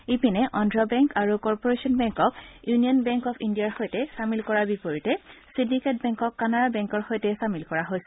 ইপিনে অদ্ধ বেংক আৰু কৰ্পোৰেচন বেংকক ইউনিয়ন বেংক অৱ ইণ্ডিয়াৰ সৈতে চামিল কৰাৰ বিপৰীতে ছিণ্ডিকেট বেংকক কানাড়া বেংকৰ সৈতে চামিল কৰা হৈছে